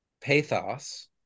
pathos